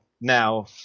now